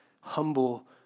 humble